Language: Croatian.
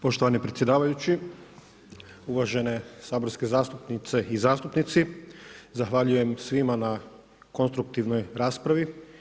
Poštovani predsjedavajući, uvažene saborske zastupnice i zastupnici, zahvaljujem svima na konstruktivnoj raspravi.